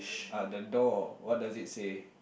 ah the door what does it say